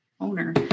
owner